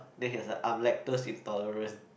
then he was like I am lactose intolerant